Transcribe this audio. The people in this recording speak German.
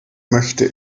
möchte